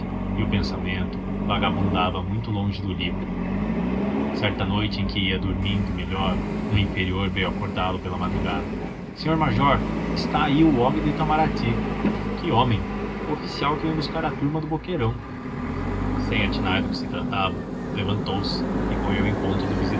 e o pensamento vagabundava muito longe do livro certa noite em que ia dormindo melhor um inferior veio acordá-lo pela madrugada senhor major está aí o home do itamarati que homem o oficial que vem buscar a turma do boqueirão sem atinar bem do que se tratava levantou-se e foi ao encontro do